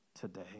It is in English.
today